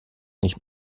nicht